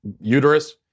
uterus